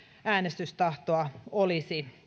äänestystahtoa olisi